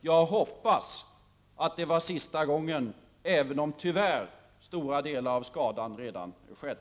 Jag hoppas att det var sista gången, även om skadan till stora delar tyvärr redan är skedd.